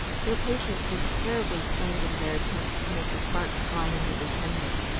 their patience was terribly strained in their attempts to make the sparks fly into the tinder.